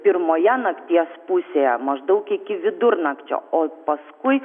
pirmoje nakties pusėje maždaug iki vidurnakčio o paskui